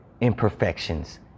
imperfections